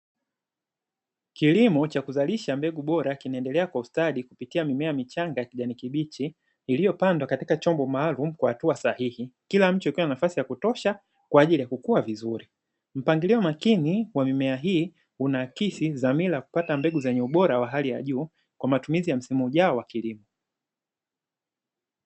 Kilimo cha kuzalisha mbegu bora, kinaendelea kwa ustadi kupitia mimea michanga ya kijani kibichi, iliyopandwa katika chombo maalumu kwa hatua sahihi, kila mche ukiwa na nafasi ya kutosha kwa ajili ya kukua vizuri. Mpangilio makini wa mimea hii, unaakisi dhamira ya kupata mbegu zenye ubora wa hali ya juu, kwa matumizi ya msimu ujao wa kilimo.